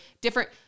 different